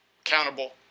accountable